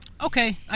Okay